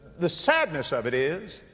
the sadness of it is,